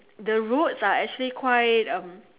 the roads are actually quite um